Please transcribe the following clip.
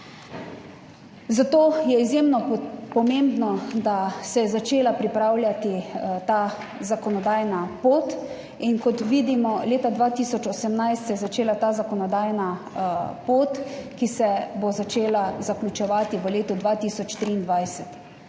Zato je izjemno pomembno, da se je začela pripravljati ta zakonodajna pot. Kot vidimo, leta 2018 se je začela ta zakonodajna pot, ki se bo začela zaključevati v letu 2023.